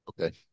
Okay